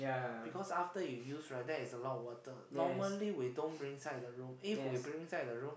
because after you use right there is a lot of water normally we don't bring inside the room if we bring inside the room